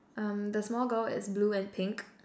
um the small girl is blue and pink